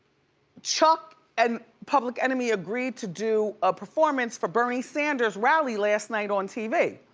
chuck and public enemy agree to do a performance for bernie sanders' rally last night on tv.